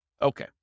Okay